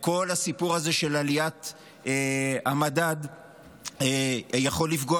כל הסיפור הזה של עליית המדד יכול לפגוע,